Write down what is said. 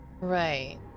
Right